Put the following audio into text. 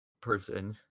person